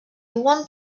want